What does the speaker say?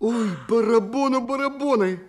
oi barabonų barabonai